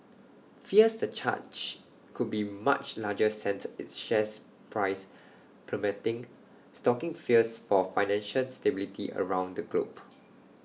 fears the charge could be much larger sent its share price plummeting stoking fears for financial stability around the globe